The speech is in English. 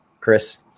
Chris